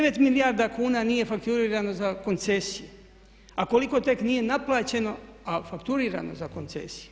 9 milijarda kuna nije fakturirano za koncesije a koliko tek nije naplaćeno a fakturirano za koncesije.